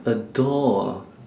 a door ah